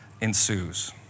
ensues